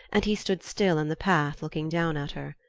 and he stood still in the path, looking down at her.